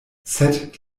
sed